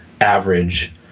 average